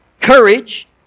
courage